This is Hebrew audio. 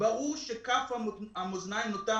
ברור שכף המאזניים נוטה